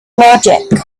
logic